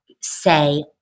say